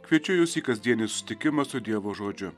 kviečiu jus į kasdienį susitikimą su dievo žodžiu